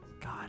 God